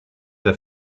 der